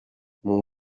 mon